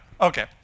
Okay